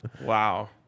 Wow